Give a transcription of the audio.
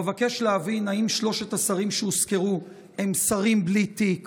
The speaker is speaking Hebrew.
אבקש להבין: האם שלושת השרים שהוזכרו הם שרים בלי תיק